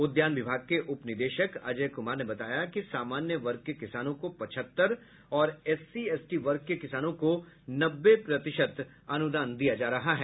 उद्यान विभाग के उपनिदेशक अजय कुमार ने बताया कि सामान्य वर्ग के किसानों को पचहत्तर और एससी एसटी वर्ग के किसानों को नब्बे प्रतिशत अनूदान दिया जा रहा है